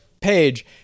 page